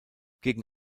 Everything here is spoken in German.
gegen